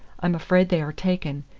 i'm afraid they are taken.